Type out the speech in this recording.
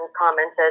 commented